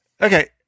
Okay